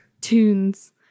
Tunes